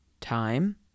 Time